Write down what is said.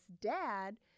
Dad